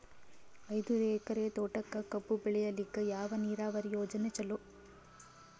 ಐದು ಎಕರೆ ತೋಟಕ ಕಬ್ಬು ಬೆಳೆಯಲಿಕ ಯಾವ ನೀರಾವರಿ ಯೋಜನೆ ಚಲೋ?